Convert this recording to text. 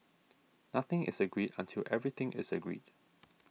nothing is agreed until everything is agreed